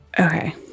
Okay